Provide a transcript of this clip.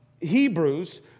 Hebrews